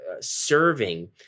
serving